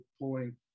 pulling